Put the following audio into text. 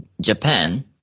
Japan